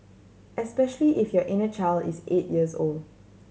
especially if your inner child is eight years old